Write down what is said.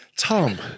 Tom